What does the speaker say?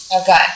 okay